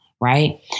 right